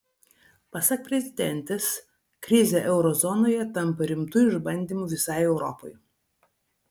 pasak prezidentės krizė euro zonoje tampa rimtu išbandymu visai europai